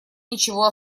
ничего